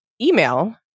email